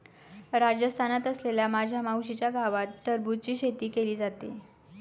राजस्थानात असलेल्या माझ्या मावशीच्या गावात टरबूजची शेती केली जाते